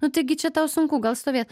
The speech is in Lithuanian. nu taigi čia tau sunku gal stovėt